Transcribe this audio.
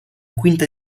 quinta